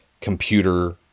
computer